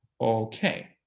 Okay